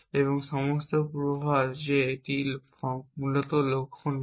এবং সমস্ত পূর্বাভাস যে এটি মূলত লক্ষ্য নয়